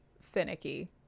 finicky